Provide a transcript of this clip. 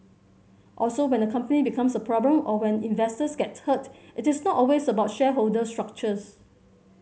also when a company becomes a problem or when investors get hurt it is not always about shareholder structures